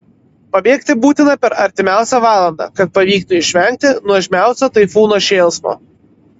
pabėgti būtina per artimiausią valandą kad pavyktų išvengti nuožmiausio taifūno šėlsmo